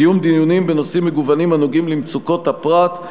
קיום דיונים בנושאים מגוונים הנוגעים למצוקות הפרט,